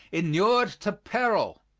inured to peril,